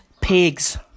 pigs